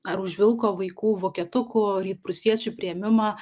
ar už vilko vaikų vokietukų rytprūsiečių priėmimą